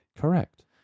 Correct